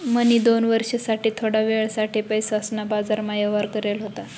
म्हणी दोन वर्ष साठे थोडा वेळ साठे पैसासना बाजारमा व्यवहार करेल होता